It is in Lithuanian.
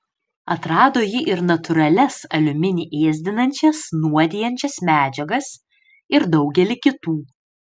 atrado ji ir natūralias aliuminį ėsdinančias nuodijančias medžiagas ir daugelį kitų